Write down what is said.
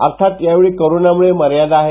अर्थात यावेळी कोरोना मुळे मर्यादा आहेत